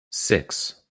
six